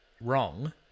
wrong